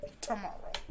Tomorrow